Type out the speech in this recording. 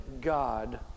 God